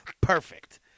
perfect